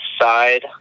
side